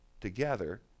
together